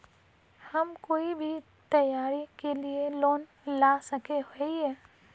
हम कोई भी त्योहारी के लिए लोन ला सके हिये?